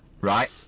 Right